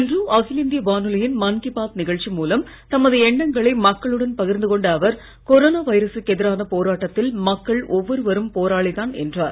இன்று அகில இந்திய வானொலியின் மன் கீ பாத் நிகழ்ச்சி மூலம் தமது எண்ணங்களை மக்களுடன் பகிர்ந்து கொண்ட அவர் கொரோனா வைரசுக்கு எதிரான போராட்டத்தில் மக்கள் ஒவ்வொருவரும் போராளிதான் என்றார்